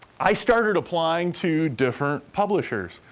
i started applying to different publishers.